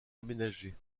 aménagés